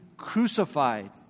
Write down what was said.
crucified